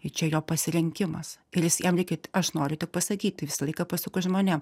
ir čia jo pasirinkimas ir jis jam reikia aš noriu tik pasakyti visą laiką pasakau žmonėm